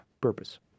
purpose